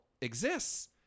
exists